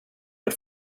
but